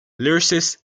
lyricist